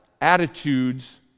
attitudes